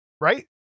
Right